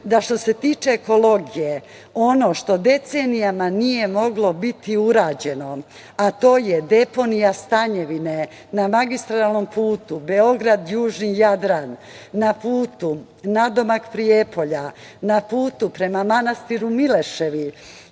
da što se tiče ekologije, ono što decenijama nije moglo biti urađeno, a to je deponija „Stanjevine“ na magistralnom putu Beograd-Južni Jadran, na putu nadomak Prijepolja, na putu prema manastiru Mileševa